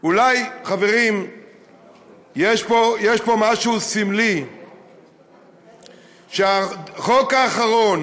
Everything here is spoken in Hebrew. אולי יש פה משהו סמלי שהחוק האחרון